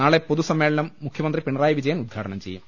നാളെ പൊതൂ സമ്മേളനം മുഖ്യമന്ത്രി പിണറായി വിജയൻ ഉദ്ഘാടനം ചെയ്യും